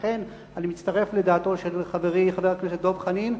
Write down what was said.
לכן, אני מצטרף לדעתו של חברי חבר הכנסת דב חנין.